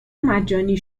مجانی